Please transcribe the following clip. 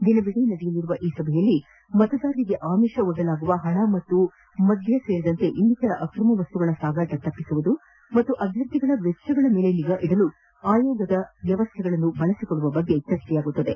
ದಿನವಿದೀ ನಡೆಯಲಿರುವ ಈ ಸಭೆಯಲ್ಲಿ ಮತದಾರರಿಗೆ ಆಮಿಷ ಒದ್ದಲಾಗುವ ಹಣ ಮತ್ತು ಮದ್ಯ ಸೇರಿದಂತೆ ಇನ್ನಿತರ ಅಕ್ರಮ ವಸ್ತುಗಳ ಸಾಗಣೆ ತಡೆಯುವುದು ಹಾಗೂ ಅಭ್ಯರ್ಥಿಗಳ ವೆಚ್ಚಗಳ ಮೇಲೆ ನಿಗಾವಹಿಸಲು ಚುನಾವಣಾ ಆಯೋಗದ ವ್ಯವಸ್ಥೆಗಳನ್ನು ಬಳಸಿಕೊಳ್ಳುವ ಬಗ್ಗೆ ಚರ್ಚಿಸಲಾಗುತ್ತದೆ